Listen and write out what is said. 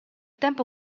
tempo